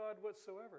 whatsoever